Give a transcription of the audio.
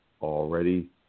already